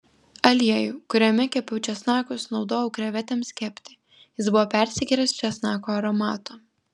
aliejų kuriame kepiau česnakus naudojau krevetėms kepti jis buvo persigėręs česnako aromato